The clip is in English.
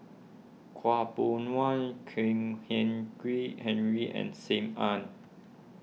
Khaw Boon Wan Kwek Hian Chuan Henry and Sim Ann